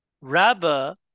Rabba